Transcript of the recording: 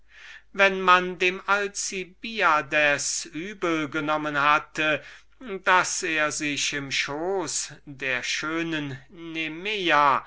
wenn man dem alcibiades übel genommen hatte daß er sich im schoß der schönen nemea